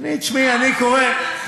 למה לא עשית את ההשוואה הזו עם ההכנסה ממסים?